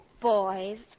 Boys